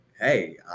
hey